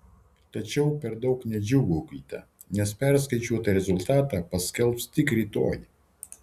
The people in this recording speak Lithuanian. tačiau per daug nedžiūgaukite nes perskaičiuotą rezultatą paskelbs tik rytoj